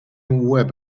łeb